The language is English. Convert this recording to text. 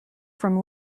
from